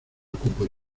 ocupo